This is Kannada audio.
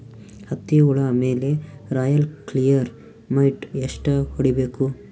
ಹತ್ತಿ ಹುಳ ಮೇಲೆ ರಾಯಲ್ ಕ್ಲಿಯರ್ ಮೈಟ್ ಎಷ್ಟ ಹೊಡಿಬೇಕು?